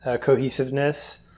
cohesiveness